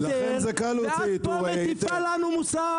ואת פה מטיפה לנו מוסר.